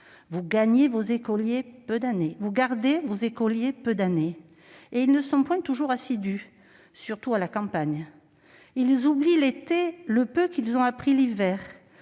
Vous gardez vos écoliers peu d'années et ils ne sont point toujours assidus, surtout à la campagne. Ils oublient l'été le peu qu'ils ont appris l'hiver.